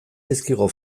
dizkigu